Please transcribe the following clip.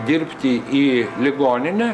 dirbti į ligoninę